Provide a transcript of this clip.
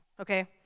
okay